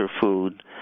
food